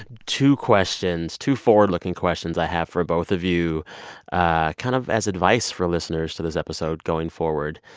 two questions, two forward-looking questions i have for both of you kind of as advice for listeners to this episode going forward.